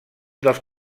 dels